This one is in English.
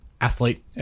athlete